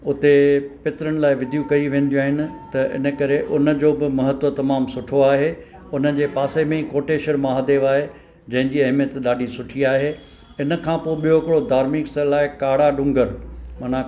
उते पित्रनि लाइ विधियूं कयूं वेंदियूं आहिनि त इन करे उन जो बि महत्व तमामु सुठो आहे उन जे पासे में कोटेश्वर महादेव आहे जंहिंजी अहमियत ॾाढी सुठी आहे इन खां पोइ ॿियो हिकिड़ो धार्मिक स्थल आहे काड़ा डुंगर माना